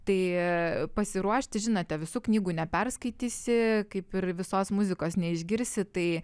tai pasiruošti žinote visų knygų neperskaitysi kaip ir visos muzikos neišgirsi tai